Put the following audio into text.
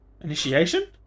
Initiation